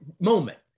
moment